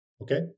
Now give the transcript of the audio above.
okay